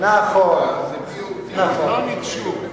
עוד לא ניגשו.